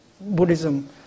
Buddhism